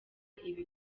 ibi